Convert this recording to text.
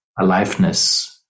aliveness